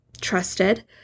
trusted